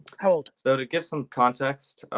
how old? so to give some context,